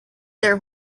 their